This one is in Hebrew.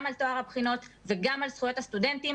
גם על טוהר הבחינות וגם זכויות הסטודנטים